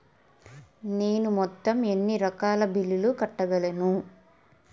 నేను మొత్తం ఎన్ని రకాల బిల్లులు కట్టగలను?